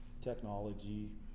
technology